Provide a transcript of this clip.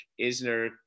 Isner